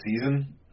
season